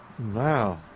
Wow